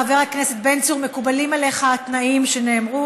חבר הכנסת בן צור, מקובלים עליך התנאים שנאמרו?